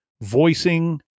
voicing